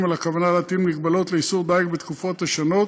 על הכוונה להטיל מגבלות לאיסור דיג בתקופות השונות,